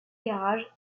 garage